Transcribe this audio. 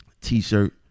t-shirt